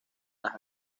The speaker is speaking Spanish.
las